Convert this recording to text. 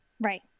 Right